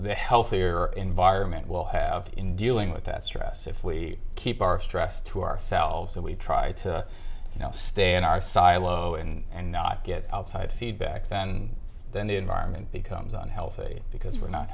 the healthier environment will have in dealing with that stress if we keep our stress to ourselves that we try to stay in our silo and not get outside feedback then then the environment becomes unhealthy because we're not